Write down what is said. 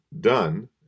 done